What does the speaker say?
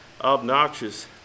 obnoxious